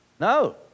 No